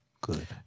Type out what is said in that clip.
good